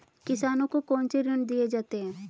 किसानों को कौन से ऋण दिए जाते हैं?